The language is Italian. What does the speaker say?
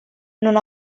non